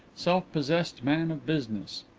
self-possessed man of business.